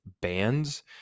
bands